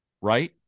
right